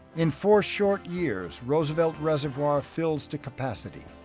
in four short years roosevelt reservoir fills to capacity,